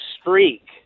streak